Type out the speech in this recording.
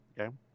Okay